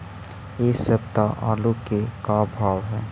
इ सप्ताह आलू के का भाव है?